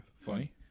Funny